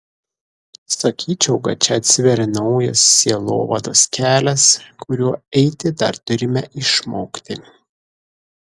sakyčiau kad čia atsiveria naujas sielovados kelias kuriuo eiti dar turime išmokti